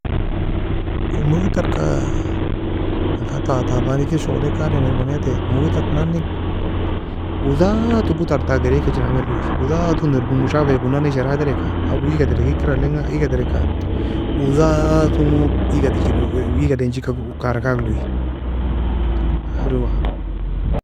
Computerka والله ta taban hikr shogieliaeka adem mania tei computer en nan nae uoe zatogo ter ta geriekachinana mel uoe, uoe zaton irbairemo. Shafa ka une nannae sharhatrieka او eage terik hikr allina eaga terika uoe zatun gu eaga tichina eaga danchika kara kagro.